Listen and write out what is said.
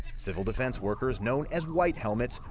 civil defense workers, known as white helmets,